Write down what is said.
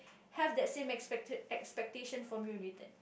have that same expecta~ expectation from you in return